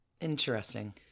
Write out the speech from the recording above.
Interesting